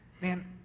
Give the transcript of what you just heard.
man